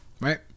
right